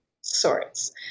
sorts